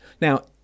Now